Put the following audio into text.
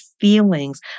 feelings